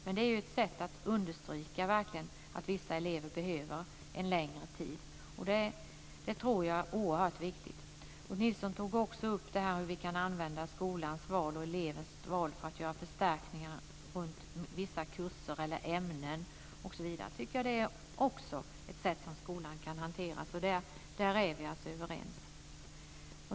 Det är verkligen ett sätt att understryka att vissa elever behöver längre tid. Jag tror att det är oerhört viktigt. Ulf Nilsson tog också upp frågan hur vi kan använda elevens val för att göra förstärkningar runt vissa kurser eller ämnen. Det är också ett sätt som skolan kan hantera detta på. Där är vi alltså överens.